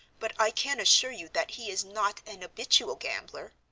but i can assure you that he is not an habitual gambler.